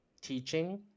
teaching